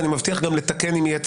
ואני מבטיח גם לתקן אם יהיה צורך.